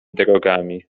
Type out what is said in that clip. drogami